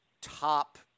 top